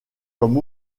comme